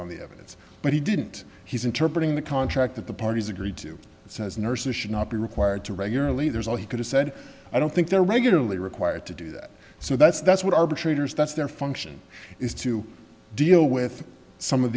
on the evidence but he didn't he's interpreted in the contract that the parties agreed to says nurses should not be required to regularly there's all he could have said i don't think there regularly required to do that so that's that's what arbitrators that's their function is to deal with some of